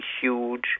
huge